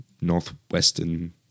Northwestern